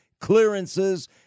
clearances